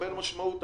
מקבל משמעות אמיתית.